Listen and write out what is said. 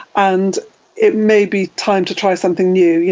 and it may be time to try something new. you